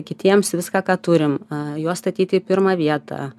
kitiems viską ką turim juos statyti į pirmą vietą